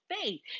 faith